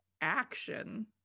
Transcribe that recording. action